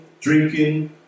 drinking